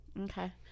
Okay